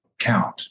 count